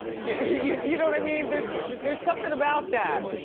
yeah you know what i mean? there's there's somethin' about that.